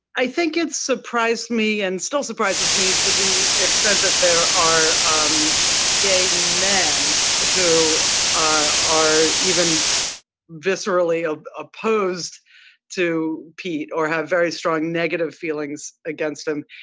i think it surprised me and still surprises me to the extent that there are um gay men who are even viscerally ah opposed to pete or have very strong negative feelings against him.